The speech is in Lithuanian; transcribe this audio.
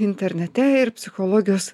internete ir psichologijos